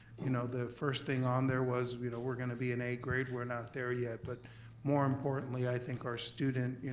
you know the first thing on there was we're you know we're gonna be an a grade. we're not there yet, but more importantly, i think our student,